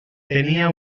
tenia